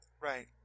Right